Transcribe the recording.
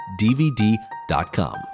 DVD.com